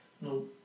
No